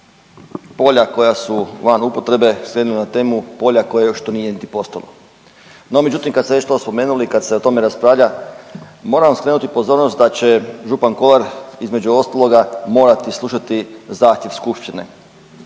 polja koja su van upotrebe skrenuli na temu polja koja još to nije niti postalo. No međutim kad ste već to spomenuli i kad se o tome raspravlja moram vam skrenuti pozornost da će župan Kolar između ostaloga morati slušati zahtjev skupštine,